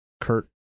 Kurt